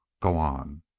go on.